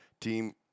team